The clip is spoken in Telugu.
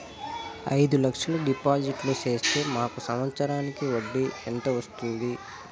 అయిదు లక్షలు డిపాజిట్లు సేస్తే మాకు సంవత్సరానికి వడ్డీ ఎంత వస్తుంది?